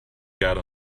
got